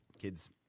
kids